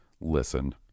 listen